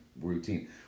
routine